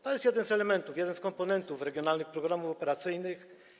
To jest jeden z elementów, jeden z komponentów regionalnych programów operacyjnych.